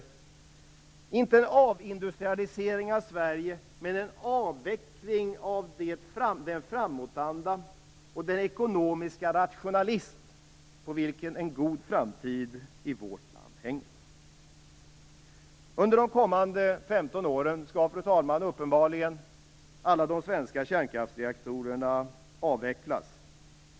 Det är inte en avindustrialisering av Sverige men en avveckling av den framåtanda och den ekonomiska rationalism på vilken en god framtid i vårt land hänger. Under de kommande 15 åren, fru talman, skall uppenbarligen alla de svenska kärnkraftreaktorerna avvecklas.